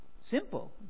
simple